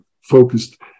focused